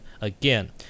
again